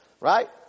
right